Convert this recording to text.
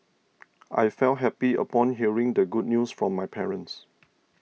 I felt happy upon hearing the good news from my parents